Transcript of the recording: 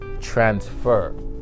transfer